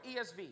ESV